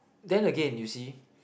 then again you see